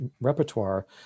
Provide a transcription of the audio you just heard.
repertoire